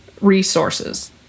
resources